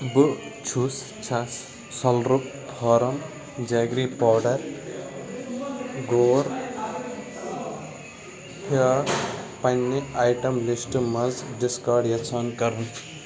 بہٕ چھُس چھَس سلرٕپ فارم جیگری پاوڈَر گور پھٮ۪کھ پنِنہِ آیٹم لسٹہٕ منٛز ڈسکارڑ یژھان کرُن